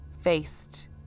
faced